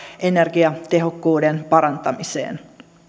energiatehokkuuden parantamiseen